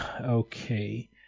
Okay